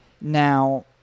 Now